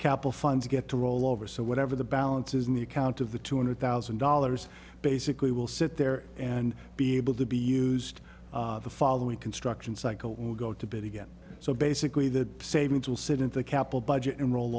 capital funds get to rollover so whatever the balance is in the account of the two hundred thousand dollars basically will sit there and be able to be used the following construction cycle will go to bid again so basically the savings will sit in the capital budget and roll